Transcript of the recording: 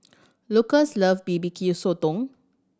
Lukas love B B Q Sotong